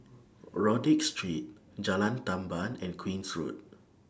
Rodyk Street Jalan Tamban and Queen's Road